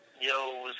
Yo